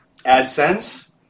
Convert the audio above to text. AdSense